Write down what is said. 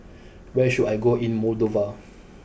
where should I go in Moldova